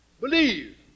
believe